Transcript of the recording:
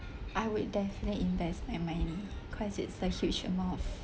I would definitely invest my money cause it's like a huge amount of